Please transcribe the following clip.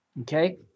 Okay